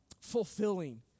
fulfilling